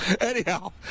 Anyhow